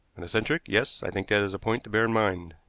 an eccentric yes, i think that is a point to bear in mind.